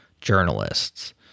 journalists